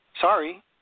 Sorry